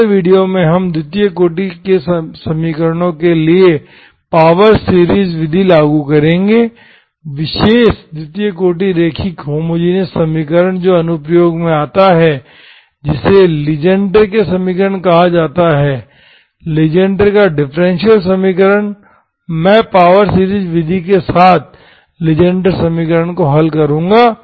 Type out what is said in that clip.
अगले वीडियो में हम द्वितीय कोटि के समीकरणों के लिए पावर सीरीज विधि लागू करेंगे विशेष द्वितीय कोटि रैखिक होमोजिनियस समीकरण जो अनुप्रयोग में आता है इसे लीजेंड्रे के समीकरण कहा जाता है लीजेंड्रे का डिफरेंशियल समीकरण मैं पावर सीरीज विधि के साथ लीजेंड्रे समीकरण को हल करूंगा